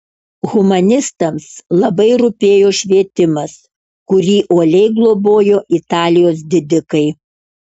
humanistams labai rūpėjo švietimas kurį uoliai globojo italijos didikai